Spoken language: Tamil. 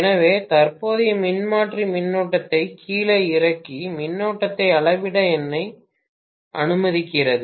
எனவே தற்போதைய மின்மாற்றி மின்னோட்டத்தை கீழே இறக்கி மின்னோட்டத்தை அளவிட என்னை அனுமதிக்கிறது